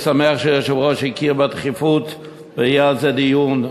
ואני שמח שהיושב-ראש הכיר בדחיפות של הנושא הזה ויהיה עליו דיון,